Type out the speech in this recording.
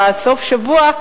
בסוף השבוע,